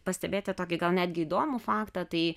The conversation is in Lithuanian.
pastebėti tokį gal netgi įdomų faktą tai